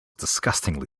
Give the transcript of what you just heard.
disgustingly